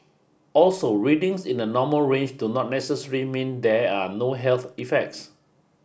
also readings in the normal range do not necessarily mean there are no health effects